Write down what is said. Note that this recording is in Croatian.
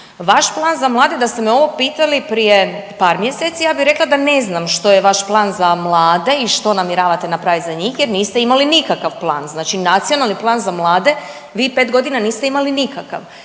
Vaš plan za mlade da ste me ovo pitali prije par mjeseci ja bih rekla da ne znam što je vaš plan za mlade i što namjeravate napraviti za njih jer niste imali nikakav plan. Znači, Nacionalni plan za mlade vi 5 godina niste imali nikakav.